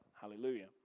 Hallelujah